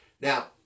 Now